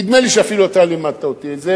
נדמה לי שאפילו אתה לימדת אותי את זה